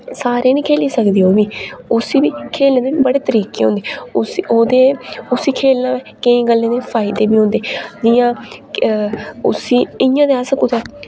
सारे नेईं खेल्ली सकदे ओह् बी उस्सी बी खेलने दे बी बड़े तरीके होंदे उस्सी ओह्दे उस्सी खेलना होऐ केईं गल्लें दे फायदे बी होंदे जि'यां उस्सी इ'यां ते अस कुतै